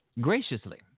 graciously